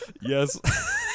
yes